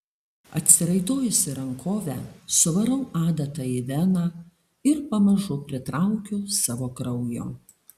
atsiraitojusi rankovę suvarau adatą į veną ir pamažu pritraukiu savo kraujo